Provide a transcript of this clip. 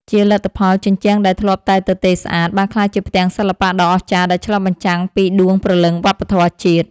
ជាលទ្ធផល ជញ្ជាំងដែលធ្លាប់តែទទេស្អាត បានក្លាយជាផ្ទាំងសិល្បៈដ៏អស្ចារ្យដែលឆ្លុះបញ្ចាំងពីដួងព្រលឹងវប្បធម៌ជាតិ។